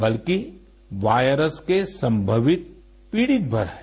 बल्कि वायरस के संभवित पीडितभर हैं